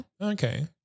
Okay